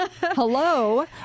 Hello